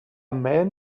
man